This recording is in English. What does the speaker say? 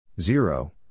Zero